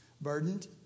burdened